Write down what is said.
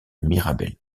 mirabel